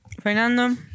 Fernando